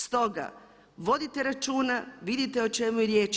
Stoga, vodite računa, vidite o čemu je riječ.